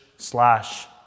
Slash